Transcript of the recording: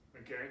Okay